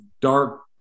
dark